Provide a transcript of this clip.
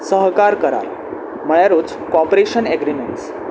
सहकार करार म्हळ्यारूच कॉपरेशन एग्रीमेंट्स